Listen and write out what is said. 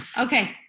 Okay